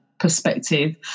perspective